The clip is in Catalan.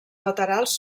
laterals